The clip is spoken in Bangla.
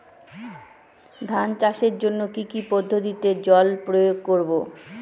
ধান চাষের জন্যে কি কী পদ্ধতিতে জল প্রয়োগ করব?